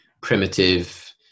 primitive